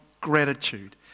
gratitude